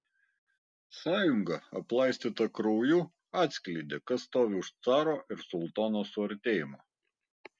sąjunga aplaistyta krauju atskleidė kas stovi už caro ir sultono suartėjimo